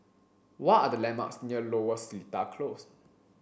what are the landmarks near Lower Seletar Close